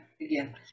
again